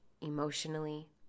emotionally